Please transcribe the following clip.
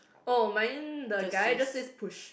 oh mine the guy just says push